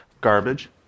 garbage